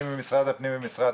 מי נמצא ממשרד